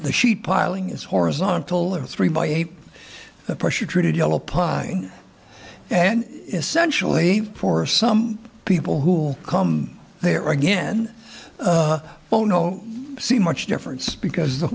the sheet piling is horizontal and three by eight the pressure treated yellow pine and essentially for some people who'll come there again oh no see much difference because the